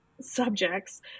subjects